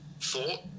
thought